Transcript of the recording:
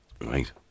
Right